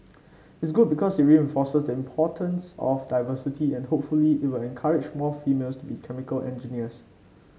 it's good because it reinforces the importance of diversity and hopefully it will encourage more females to be chemical engineers